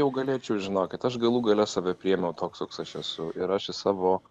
jau galėčiau žinokit aš galų gale save priėmiau toks koks aš esu ir aš į savo